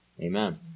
Amen